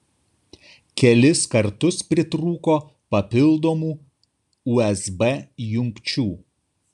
kelis kartus pritrūko papildomų usb jungčių